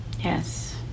yes